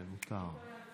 מותר.